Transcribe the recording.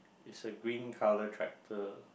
is a green colour tractor